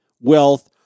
wealth